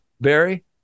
Barry